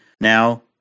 now